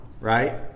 Right